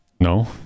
no